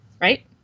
Right